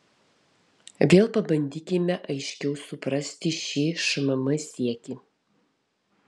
vėl pabandykime aiškiau suprasti šį šmm siekį